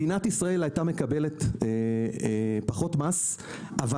מדינת ישראל היתה מקבלת פחות מס אבל